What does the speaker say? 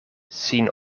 sin